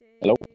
Hello